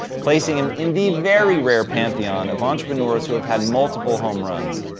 placing him in the very rare pantheon of entrepreneurs who have had multiple home runs.